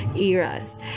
eras